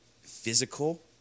physical